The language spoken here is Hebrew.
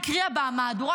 הקריאה במהדורה,